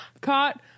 caught